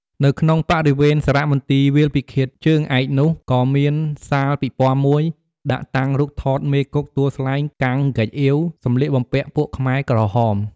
នៅក្នុងបរិវេណសារមន្ទីរវាលពិឃាតជើងឯកនោះ ក៏មានសាលពិព័រណ៍មួយ ដាក់តាំងរូបថតមេគុកទួលស្លែង កាំង ហ្គេចអៀវ សម្លៀកបំពាក់ពួកខ្មែរក្រហម។